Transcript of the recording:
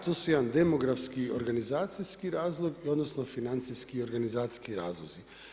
To su jedan demografski i organizacijski razlog, odnosno financijski i organizacijski razlozi.